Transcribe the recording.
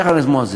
וחבר הכנסת מוזס,